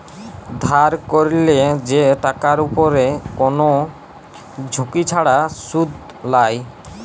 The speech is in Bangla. ধার ক্যরলে যে টাকার উপরে কোন ঝুঁকি ছাড়া শুধ লায়